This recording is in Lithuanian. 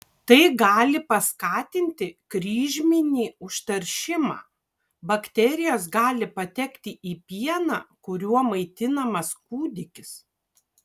tai gali paskatinti kryžminį užteršimą bakterijos gali patekti į pieną kuriuo maitinamas kūdikis